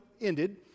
ended